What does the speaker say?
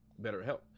BetterHelp